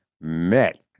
met